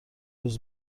روز